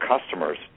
customers